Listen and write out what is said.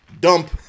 dump